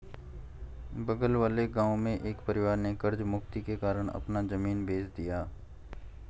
बगल वाले गांव में एक परिवार ने कर्ज मुक्ति के कारण अपना जमीन बेंच दिया